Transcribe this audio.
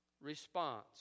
response